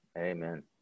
Amen